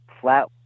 flat